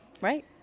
Right